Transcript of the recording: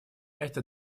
это